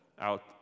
out